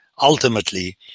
ultimately